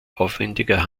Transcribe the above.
aufwendiger